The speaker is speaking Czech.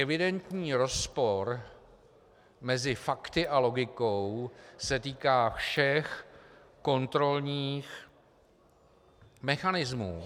Evidentní rozpor mezi fakty a logikou se týká všech kontrolních mechanismů.